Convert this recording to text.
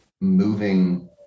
moving